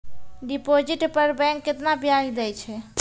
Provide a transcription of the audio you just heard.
Deposit पर bank केतना ब्याज दै छै?